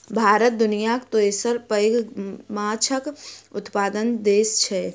भारत दुनियाक तेसर सबसे पैघ माछक उत्पादक देस छै